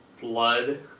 blood